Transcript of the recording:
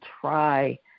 try